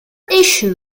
issue